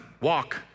walk